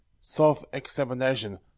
Self-Examination